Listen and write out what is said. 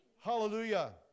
Hallelujah